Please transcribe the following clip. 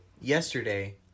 yesterday